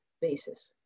basis